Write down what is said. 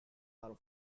are